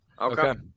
Okay